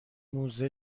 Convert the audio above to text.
موزه